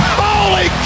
holy